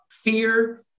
fear